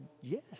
yes